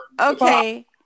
okay